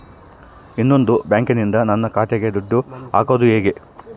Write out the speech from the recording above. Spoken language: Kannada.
ಇನ್ನೊಂದು ಬ್ಯಾಂಕಿನಿಂದ ನನ್ನ ಖಾತೆಗೆ ದುಡ್ಡು ಹಾಕೋದು ಹೇಗೆ?